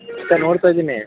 ಅಕ್ಕ ನೋಡ್ತಾ ಇದ್ದೀನಿ